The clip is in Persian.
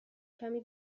کمی